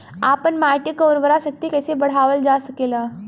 आपन माटी क उर्वरा शक्ति कइसे बढ़ावल जा सकेला?